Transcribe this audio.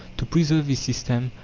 to preserve this system,